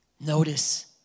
Notice